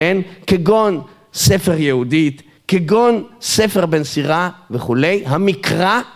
כן, כגון ספר יהודית, כגון ספר בן סירא וכולי, המקרא